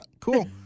cool